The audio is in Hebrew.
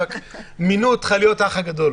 אבל מינו אותך להיות "האח הגדול".